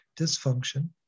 dysfunction